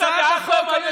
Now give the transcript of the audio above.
אתה התחלת לא טוב.